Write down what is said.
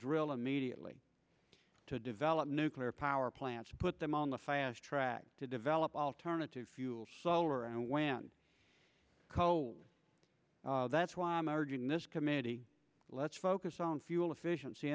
drill immediately to develop nuclear power plants put them on the fast track to develop alternative fuels lower and whan coal that's why i'm arguing this committee let's focus on fuel efficiency